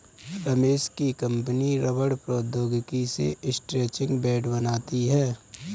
रमेश की कंपनी रबड़ प्रौद्योगिकी से स्ट्रैचिंग बैंड बनाती है